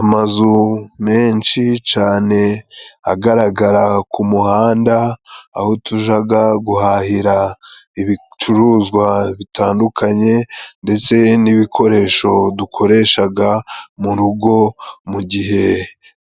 Amazu menshi cane agaragara ku muhanda aho tujaga guhahira ibicuruzwa bitandukanye ndetse n'ibikoresho dukoreshaga mu rugo mu gihe